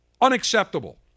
unacceptable